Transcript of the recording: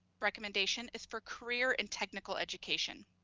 recommendation is for career and technical education.